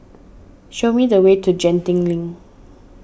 show me the way to Genting Link